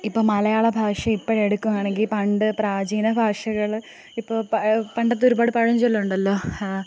ഇപ്പം മലയാള ഭാഷ ഇപ്പോള് എടുക്കുകയാണെങ്കില് പണ്ട് പ്രാചീന ഭാഷകള് ഇപ്പോള് പണ്ടത്തെ ഒരുപാട് പഴഞ്ചൊല്ലുണ്ടല്ലോ